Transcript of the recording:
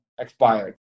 expired